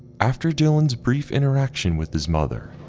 after dillon's brief interaction with his mother,